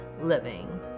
living